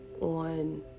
on